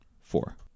Four